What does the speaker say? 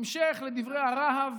המשך לדברי הרהב